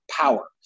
power